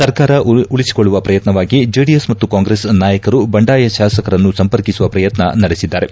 ಸರ್ಕಾರ ಉಳಿಸಿಕೊಳ್ಳುವ ಪ್ರಯತ್ನವಾಗಿ ಜೆಡಿಎಸ್ ಮತ್ತು ಕಾಂಗ್ರೆಸ್ ನಾಯಕರು ಬಂಡಾಯ ಶಾಸಕರನ್ನು ಸಂಪರ್ಕಿಸುವ ಪ್ರಯತ್ನ ನಡೆಸಿದ್ದಾರೆ